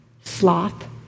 sloth